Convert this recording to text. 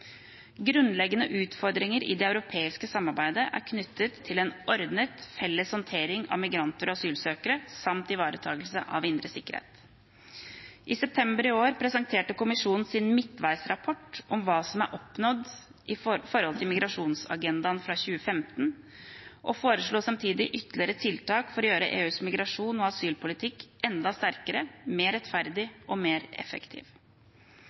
Grunnleggende utfordringer i det europeiske samarbeidet er knyttet til en ordnet felles håndtering av migranter og asylsøkere, samt ivaretakelse av indre sikkerhet. I september i år presenterte Kommisjonen sin midtveisrapport om hva som er oppnådd etter migrasjonsagendaen fra 2015, og foreslo samtidig ytterligere tiltak for å gjøre EUs migrasjons- og asylpolitikk enda sterkere, mer rettferdig og mer effektiv.